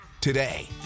today